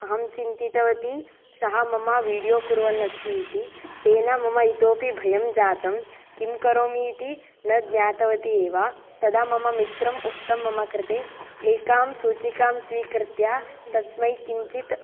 अहं चिन्तितवती सः मम वीडियो कुर्वन्नस्ति इति तेन मम इतोऽपि भयं जातं किं करोमि इति न ज्ञातवती एव तदा मम मित्रम् उक्तं मम कृते एकां सूचिकां स्वीकृत्य तस्मै किञ्चित्